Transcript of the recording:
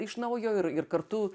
iš naujo ir ir kartu